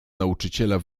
nauczyciela